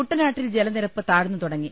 കുട്ടനാട്ടിൽ ജലനിരപ്പ് താഴ്ന്നുതുടങ്ങി